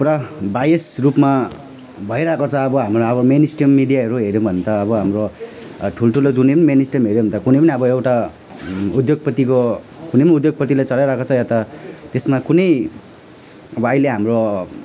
पुरा बाएस रूपमा भइरहेको छ अब हाम्रो अब मेन स्ट्रिम मिडियाहरू हेर्यौँ भने त अब हाम्रो ठुल्ठुलो जुनै मेन स्ट्रिम हेऱ्यो भने त कुनै अब एउटा उद्योगपतिको कुनै उद्योगपतिले चलाइरहेको छ वा त त्यसमा कुनै अब अहिले हाम्रो